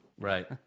Right